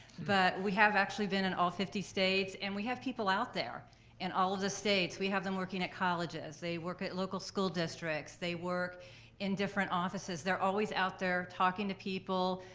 but we have actually been in all fifty states and we have people out there in all of the states we have them working at colleges. they work at local school districts. they work in different offices. they're always out there talking to people,